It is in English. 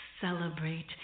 Celebrate